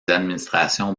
administrations